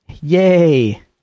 yay